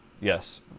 Yes